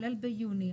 כולל ביוני,